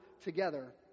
together